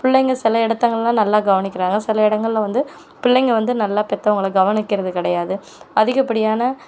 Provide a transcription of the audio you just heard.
பிள்ளைங்கள் சில இடத்துலலாம் நல்லா கவனிக்கிறாங்க சில இடங்கள்ல வந்து பிள்ளைங்க வந்து நல்லா பெத்தவங்களை கவனிக்கிறது கிடையாது அதிகப்படியான